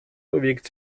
bewegt